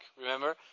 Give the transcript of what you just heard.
remember